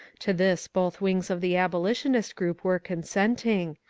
to this both wings of the abolitionbt group were consenting,